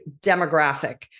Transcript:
demographic